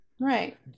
Right